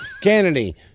Kennedy